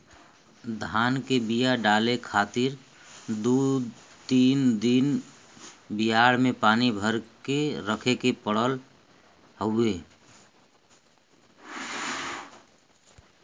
धान के बिया डाले खातिर दू तीन दिन बियाड़ में पानी भर के रखे के पड़त हउवे